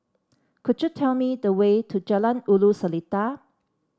could you tell me the way to Jalan Ulu Seletar